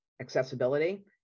accessibility